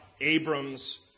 Abram's